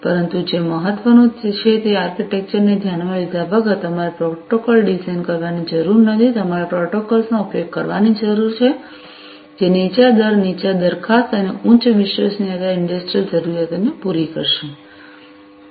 પરંતુ જે મહત્વનું છે તે આર્કિટેક્ચરને ધ્યાનમાં લીધા વગર છે તમારે પ્રોટોકોલ ડિઝાઇન કરવાની જરૂર છે તમારે પ્રોટોકોલ્સનો ઉપયોગ કરવાની જરૂર છે જે નીચા દર નીચા દરખાસ્ત અને ઉચ્ચ વિશ્વસનીયતા ઇંડસ્ટ્રિયલ ની જરૂરિયાતો ને પૂરી કરશે